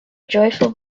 joyful